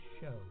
show